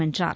வென்றார்